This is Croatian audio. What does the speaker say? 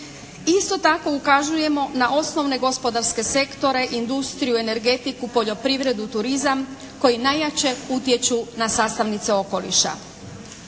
Isto tako ukazujemo na osnovne gospodarske sektore, industriju, energetiku, poljoprivredu, turizam koji najjače utječu na sastavnice okoliša.